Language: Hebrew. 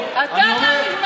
אתה היית שוטר.